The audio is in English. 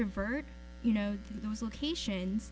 revert you know those locations